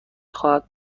خواهد